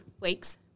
weeks